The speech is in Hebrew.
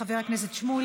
חבר הכנסת שמולי,